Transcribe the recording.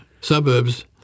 suburbs